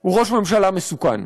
הוא ראש ממשלה מסוכן.